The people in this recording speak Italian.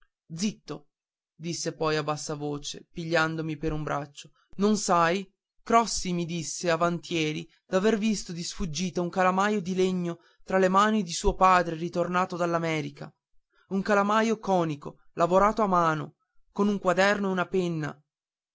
zitto disse poi a bassa voce pigliandomi per un braccio non sai crossi mi disse avant'ieri d'aver visto di sfuggita un calamaio di legno tra le mani di suo padre ritornato dall'america un calamaio conico lavorato a mano con un quaderno e una penna